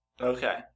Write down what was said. Okay